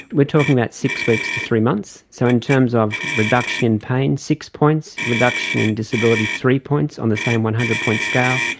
we're talking about six weeks to three months. so in terms of reduction in pain, six points, reduction in disability, three points on the same one hundred point scale.